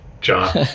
John